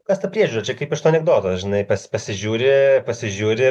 kas ta priežiūra čia kaip iš to anekdoto žinai pas pasižiūri pasižiūri